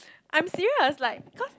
I'm serious like cause